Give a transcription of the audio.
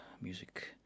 music